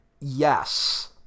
Yes